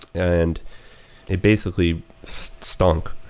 and it basically stunk.